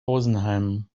rosenheim